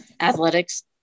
athletics